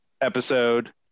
episode